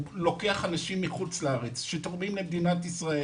הוא לוקח אנשים מחוץ לארץ שתורמים למדינת ישראל